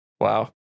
Wow